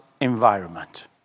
environment